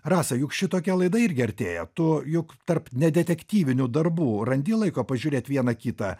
rasa juk šitokia laida irgi artėja tu juk tarp nedetektyvinių darbų randi laiko pažiūrėt vieną kitą